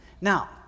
now